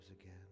again